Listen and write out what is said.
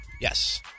Yes